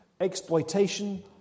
exploitation